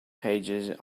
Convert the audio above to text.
pages